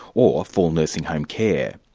or full nursing-home care.